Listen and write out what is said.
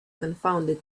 confounded